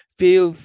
feel